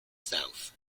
south